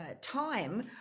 time